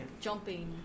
jumping